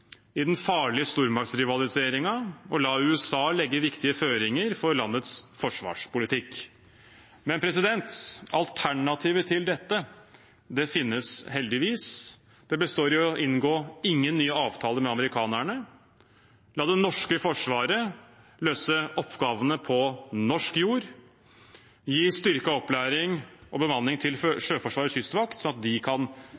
i den farlige stormaktsrivaliseringen og la USA legge viktige føringer for landets forsvarspolitikk. Alternativet til dette finnes heldigvis. Det består i å inngå ingen nye avtaler med amerikanerne la det norske forsvaret løse oppgavene på norsk jord gi styrket opplæring og bemanning til sjøforsvar og kystvakt, sånn at de kan